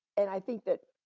and i think that,